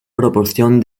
proporción